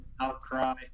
Outcry